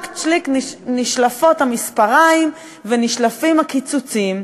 שלאק-שליק נשלפים המספריים ונשלפים הקיצוצים.